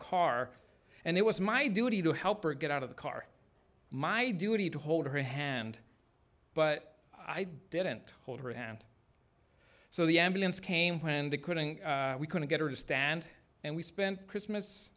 car and it was my duty to help her get out of the car my duty to hold her hand but i didn't hold her hand so the ambulance came when the quitting we couldn't get her to stand and we spent christmas